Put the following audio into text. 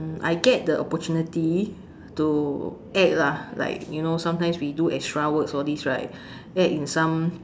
I get the opportunity to act lah like you know sometimes we do extra works all these right act in some